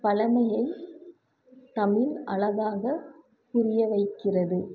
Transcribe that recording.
பழமையை தமிழ் அழகாக புரியவைக்கிறது